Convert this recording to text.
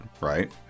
right